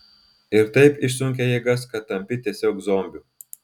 ir taip išsunkia jėgas kad tampi tiesiog zombiu